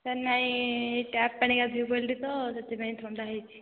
sir ନାଇଁ tap ପାଣି ଗାଧେଇ ପଡ଼ିଲି ତ ସେଥି ପାଇଁ ଥଣ୍ଡା ହୋଇଛି